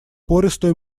пористую